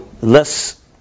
less